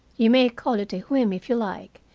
you may call it a whim if you like,